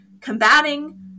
combating